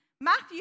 Matthew